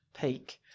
peak